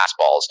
fastballs